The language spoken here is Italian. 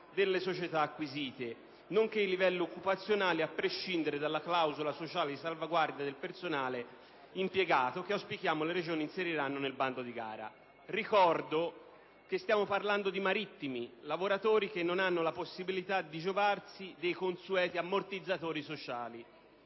delle società acquisite, nonché i livelli occupazionali, a prescindere dalla clausola sociale di salvaguardia del personale impiegato che auspichiamo le Regioni inseriscano nel bando di gara. Ricordo che stiamo parlando di marittimi, di lavoratori che non hanno la possibilità di giovarsi dei consueti ammortizzatori sociali.